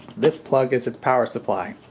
this plug is its power supply.